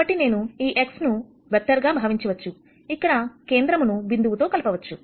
కాబట్టి నేను ఈ X ను వెక్టార్ గా భావించవచ్చు ఇక్కడ కేంద్రమును బిందువు తో కలపవచ్చు